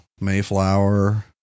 Mayflower